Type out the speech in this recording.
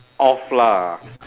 off lah